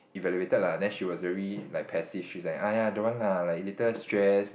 evaluated lah she was very like passive she's like !aiya! don't want lah later stress